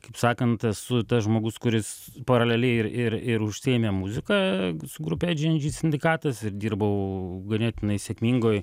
kaip sakant esu tas žmogus kuris paraleliai ir ir ir užsiėmė muzika su grupe džy en džy sindikatas ir dirbau ganėtinai sėkmingoj